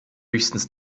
höchstens